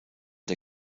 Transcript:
der